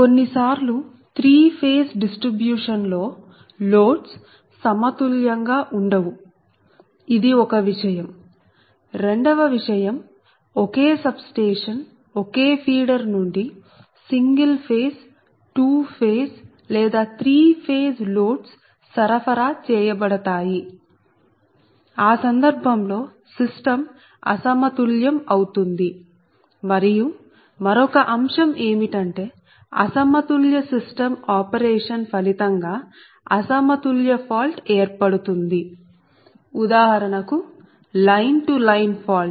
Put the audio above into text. కొన్నిసార్లు three phase distribution లో loads సమతుల్యంగా ఉండవు ఇది ఒక విషయం రెండవ విషయం ఒకే సబ్ స్టేషన్ ఒకే ఫీడర్ నుండి సింగిల్ ఫేజ్ 2 ఫేజ్ లేదా 3 ఫేజ్ లోడ్స్ సరఫరా చేయబడతాయి ఆ సందర్భంలో సిస్టం అసమతుల్యం అవుతుంది మరియు మరొక అంశం ఏమిటంటే అసమతుల్య సిస్టం ఆపరేషన్ ఫలితంగా అసమతుల్య ఫాల్ట్ ఏర్పడుతుంది ఉదాహరణకు లైన్ టు లైన్ ఫాల్ట్